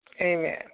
Amen